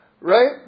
Right